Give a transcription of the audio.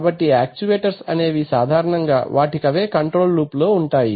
కాబట్టి యాక్చువేటర్స్ అనేవి సాధారణముగా వాటికవే కంట్రోల్ లూప్ లో ఉంటాయి